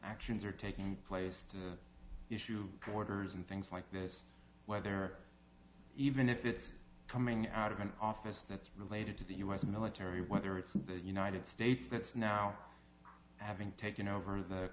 actions are taking place to issue orders and things like this where there even if it's coming out of an office that's related to the u s military whether it's the united states that's now having taken over the